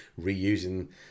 reusing